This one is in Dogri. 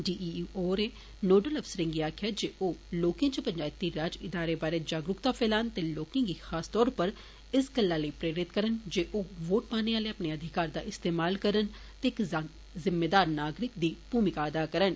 डी ई आ होरें नोडल अफसरे गी आक्खेआ जे ओ लोकें च पंचैती राज इदारें बारै जागरुक्ता फैलान ते लोकें गी खास तौर उप्पर इस गल्ला लेई प्रेरित जे ओ वोट पाने आले अपने अधिकार दा इस्तेमाल करन ते इक जिम्मेदार नागरिक गी भूमिक अदा करन